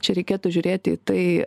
čia reikėtų žiūrėti į tai